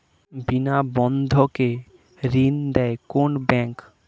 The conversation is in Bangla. বিনা বন্ধকে ঋণ দেয় কোন ব্যাংক?